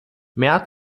mehr